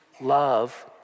love